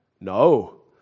No